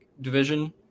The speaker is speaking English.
division